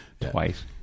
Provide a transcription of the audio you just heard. Twice